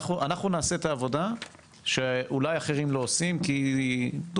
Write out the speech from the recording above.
אנחנו נעשה את העבודה שאולי אחרים לא עושים כי מדובר